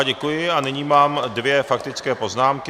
Děkuji a nyní mám dvě faktické poznámky.